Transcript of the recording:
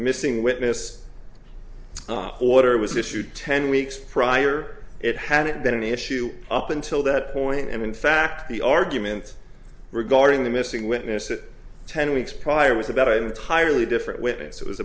missing witness order was issued ten weeks prior it hadn't been an issue up until that point and in fact the argument regarding the missing witness that ten weeks prior was about entirely different witness it was